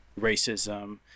racism